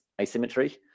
asymmetry